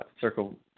circle